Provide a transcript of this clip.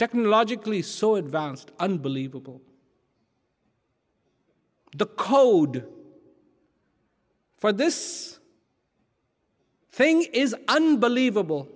technologically so advanced unbelievable the code for this thing is unbelievable